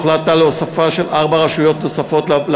הוחלט על הוספה של ארבע רשויות לפיילוט.